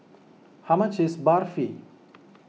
how much is Barfi